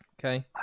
okay